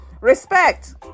respect